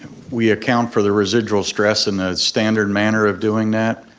we account for the residual stress and the standard manner of doing that.